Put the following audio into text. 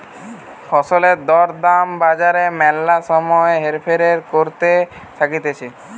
ফসলের দর দাম বাজারে ম্যালা সময় হেরফের করতে থাকতিছে